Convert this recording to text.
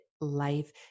Life